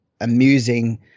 amusing